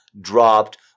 dropped